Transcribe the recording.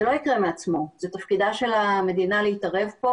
זה לא יקרה מעצמו, זה תפקידה של המדינה להתערב פה.